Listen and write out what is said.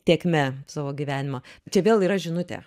tėkme savo gyvenimą čia vėl yra žinutė